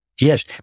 Yes